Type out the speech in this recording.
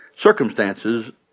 Circumstances